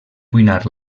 cuinar